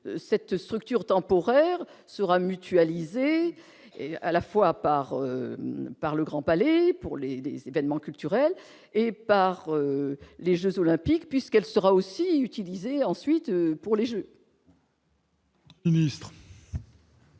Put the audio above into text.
cette structure temporaire sera mutualisé et à la fois par par le Grand Palais et pour les Élysée c'est tellement culturel et par les Jeux olympiques, puisqu'elle sera aussi utilisée ensuite pour les Jeux.